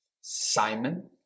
Simon